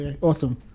Awesome